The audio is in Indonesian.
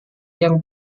yang